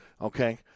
Okay